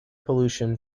pollution